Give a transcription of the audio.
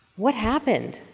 what happened?